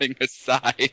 aside